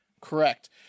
Correct